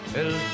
el